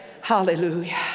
Hallelujah